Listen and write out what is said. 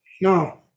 No